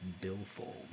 billfold